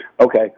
Okay